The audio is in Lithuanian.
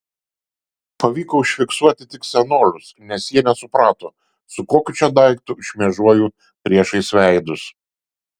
pavyko užfiksuoti tik senolius nes jie nesuprato su kokiu čia daiktu šmėžuoju priešais veidus